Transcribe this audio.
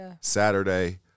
Saturday